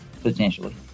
potentially